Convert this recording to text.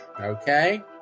okay